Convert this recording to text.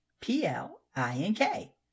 P-L-I-N-K